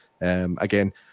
Again